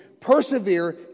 Persevere